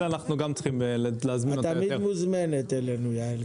אז מוזמנת אלינו תמיד.